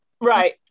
Right